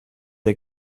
der